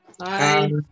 Hi